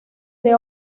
the